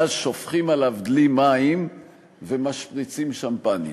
ואז שופכים עליו דלי מים ומשפריצים שמפניה.